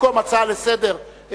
במקום הצעה לסדר-היום,